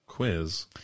quiz